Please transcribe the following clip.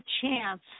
chance